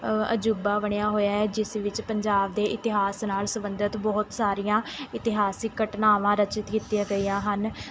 ਅਜੂਬਾ ਬਣਿਆ ਹੋਇਆ ਹੈ ਜਿਸ ਵਿੱਚ ਪੰਜਾਬ ਦੇ ਇਤਿਹਾਸ ਨਾਲ਼ ਸੰਬੰਧਿਤ ਬਹੁਤ ਸਾਰੀਆਂ ਇਤਿਹਾਸਕ ਘਟਨਾਵਾਂ ਰਚਿਤ ਕੀਤੀਆਂ ਗਈਆਂ ਹਨ